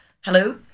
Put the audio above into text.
hello